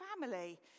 family